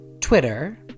Twitter